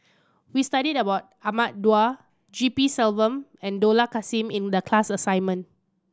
we studied about Ahmad Daud G P Selvam and Dollah Kassim in the class assignment